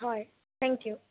হয় thank U